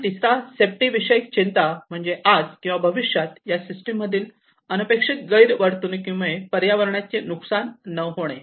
आणि तिसरा सेफ्टी चिंता म्हणजे आज किंवा भविष्यात या सिस्टीम मधील अनपेक्षित गैरवर्तणूकी मुळे पर्यावरणाचे नुकसान न होणे